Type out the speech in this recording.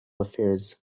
affairs